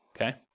okay